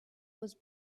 was